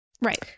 Right